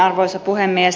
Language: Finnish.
arvoisa puhemies